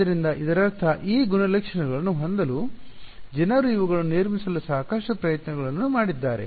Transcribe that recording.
ಆದ್ದರಿಂದ ಇದರರ್ಥ ಈ ಗುಣಲಕ್ಷಣಗಳನ್ನು ಹೊಂದಲು ಜನರು ಇವುಗಳನ್ನು ನಿರ್ಮಿಸಲು ಸಾಕಷ್ಟು ಪ್ರಯತ್ನಗಳನ್ನು ಮಾಡಿದ್ದಾರೆ